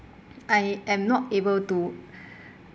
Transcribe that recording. I am not able to